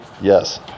Yes